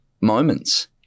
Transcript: moments